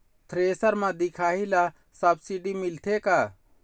Thresher म दिखाही ला सब्सिडी मिलथे का?